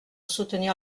soutenir